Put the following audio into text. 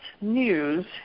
news